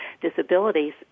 disabilities